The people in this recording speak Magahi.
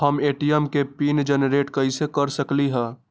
हम ए.टी.एम के पिन जेनेरेट कईसे कर सकली ह?